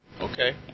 Okay